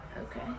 Okay